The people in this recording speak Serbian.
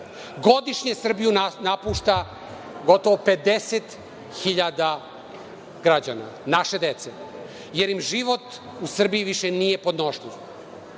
Godišnje Srbiju napušta gotovo 50 hiljada građana, naše dece, jer im život u Srbiji više nije podnošljiv.